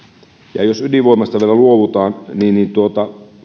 ja jos ydinvoimasta vielä luovutaan niin niin